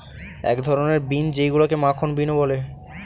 এক ধরনের বিন যেইগুলাকে মাখন বিনও বলা হয়